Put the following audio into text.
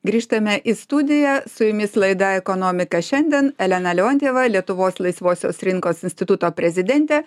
grįžtame į studiją su jumis laida ekonomika šiandien elena leontjeva lietuvos laisvosios rinkos instituto prezidentė